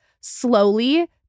slowly